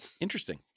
Interesting